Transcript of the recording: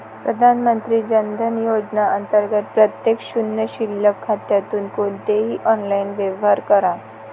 प्रधानमंत्री जन धन योजना अंतर्गत प्रत्येक शून्य शिल्लक खात्यातून कोणतेही ऑनलाइन व्यवहार करा